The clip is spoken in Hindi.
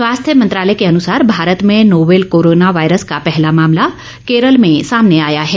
स्वास्थ्य मंत्रालय के अनुसार भारत में नोवेल कोरोना वायरस का पहला मामला केरल में सामने आया है